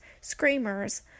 screamers